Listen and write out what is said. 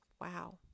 Wow